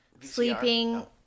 sleeping